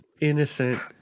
Innocent